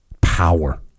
power